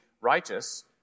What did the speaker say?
righteous